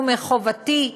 ומחובתי,